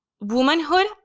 womanhood